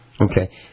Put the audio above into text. okay